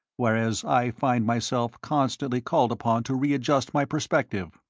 whereas i find myself constantly called upon to readjust my perspective.